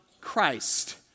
Christ